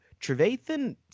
Trevathan